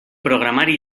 programari